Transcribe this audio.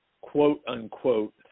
quote-unquote